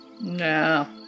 No